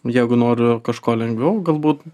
jeigu noriu kažko lengviau galbūt